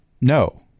No